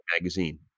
Magazine